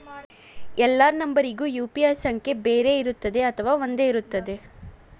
ಎಲ್ಲಾ ನಂಬರಿಗೂ ಯು.ಪಿ.ಐ ಸಂಖ್ಯೆ ಬೇರೆ ಇರುತ್ತದೆ ಅಥವಾ ಒಂದೇ ಇರುತ್ತದೆ?